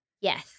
Yes